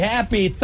Happy